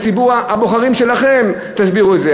לציבור הבוחרים שלכם תסבירו את זה.